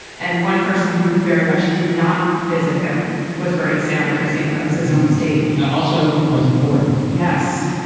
and one person who very much did not visit him was bernie sanders. even that was his home state also, president ford yes.